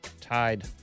tied